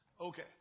Okay